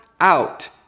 out